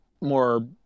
more